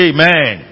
Amen